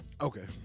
okay